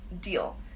deal